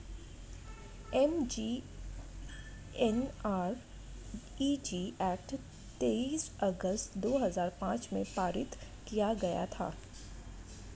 MGNREG act तेईस अगस्त दो हजार पांच में पारित किया गया था